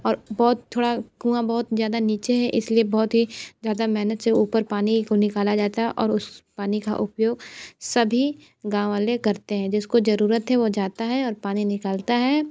और बहुत थोड़ा कुआँ बहुत ज़्यादा नीचे है इसलिए बहुत ही ज़्यादा मेहनत से ऊपर पानी को निकाला जाता है और उस पानी का उपयोग सभी गाँव वाले करते हैं जिसको ज़रूरत है वह जाता है और पानी निकालता है